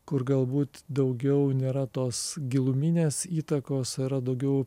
kur galbūt daugiau nėra tos giluminės įtakos o yra daugiau